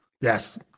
yes